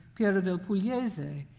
piero del pugliese,